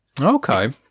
Okay